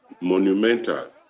monumental